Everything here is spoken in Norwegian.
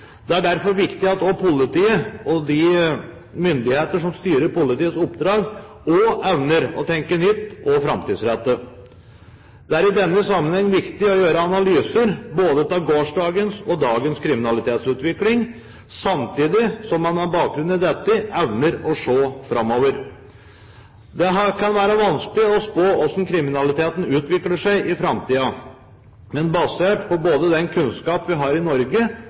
Det er derfor viktig at også politiet og de myndigheter som styrer politiets oppdrag, evner å tenke nytt og framtidsrettet. Det er i denne sammenheng viktig å gjøre analyser både av gårsdagens og dagens kriminalitetsutvikling, samtidig som man med bakgrunn i dette evner å se framover. Det kan være vanskelig å spå hvordan kriminaliteten utvikler seg i framtiden, men basert på både den kunnskap vi har i Norge